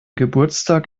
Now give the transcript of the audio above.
geburtstag